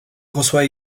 reçoit